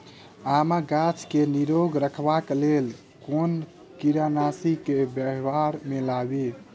आमक गाछ केँ निरोग रखबाक लेल केँ कीड़ानासी केँ व्यवहार मे लाबी?